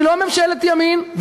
היא לא ממשלת ימין.